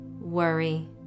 worry